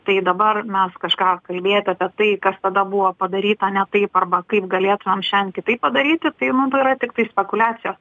tai dabar mes kažką kalbėti apie tai kas tada buvo padaryta ne taip arba kaip galėtumėm šiandien kitaip padaryti tai man to yra tiktai spekuliacijos